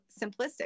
simplistic